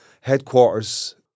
headquarters